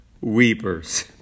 weepers